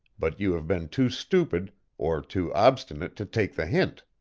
but you have been too stupid or too obstinate to take the hint.